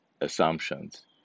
assumptions